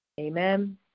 Amen